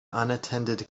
unattended